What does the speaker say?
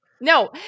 No